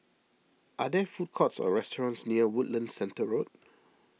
are there food courts or restaurants near Woodlands Centre Road